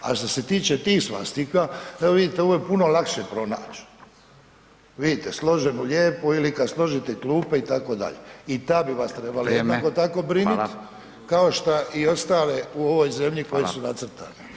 A što se tiče tih svastika evo vidite ovoje puno lakše pronaći, vidite složenu lijepo ili kad složite klupe itd., i ta bi vas trebala [[Upadica: Vrijeme.]] jednako tako brinit kao šta i ostale u ovoj zemlji koje su nacrtane.